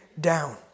down